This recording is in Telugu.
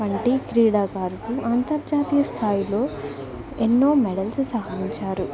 వంటి క్రీడాకారులకు అంతర్జాతీయ స్థాయిలో ఎన్నో మెడల్స్ సాధించారు